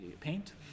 paint